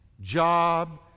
job